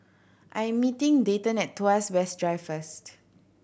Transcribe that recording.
I am meeting Dayton at Tuas West Drive first